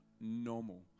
normal